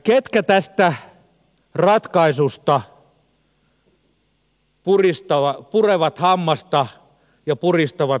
ketkä tästä ratkaisusta purevat hammasta ja puristavat nyrkkiä taskussa